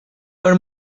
per